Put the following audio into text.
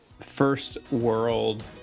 first-world